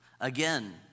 Again